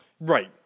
Right